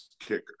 kicker